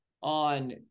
on